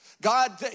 God